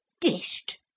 dished